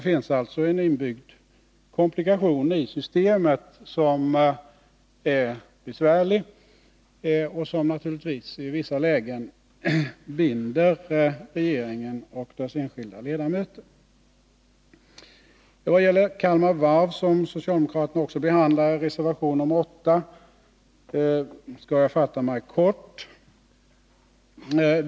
En besvärlig komplikation finns alltså inbyggd i systemet, vilken naturligtvis i vissa lägen binder upp regeringen och dess enskilda ledamöter. Vad gäller Kalmar Varv, som socialdemokraterna också behandlar i reservation 8, skall jag fatta mig kort.